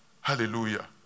Hallelujah